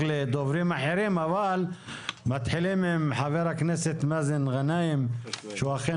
לדוברים אחרים אבל מתחילים עם חבר הכנסת מאזן גנאים שהוא אכן